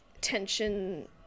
tension